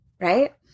right